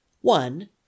One